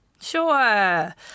Sure